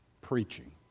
preaching